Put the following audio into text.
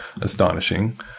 Astonishing